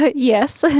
ah yes.